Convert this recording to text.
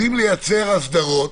יודעים לייצר הסדרות